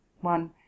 one